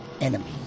enemies